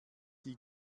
die